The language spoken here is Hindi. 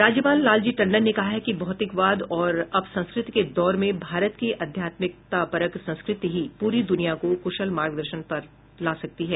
राज्यपाल लालजी टंडन ने कहा है कि भौतिकतावाद और अपसंस्कृति के दौर में भारत की आध्यात्मिकतापरक संस्कृति ही पूरी दुनियां को कुशल मार्गदर्शन प्रदान कर सकती है